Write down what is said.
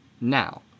Now